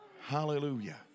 Hallelujah